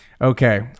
Okay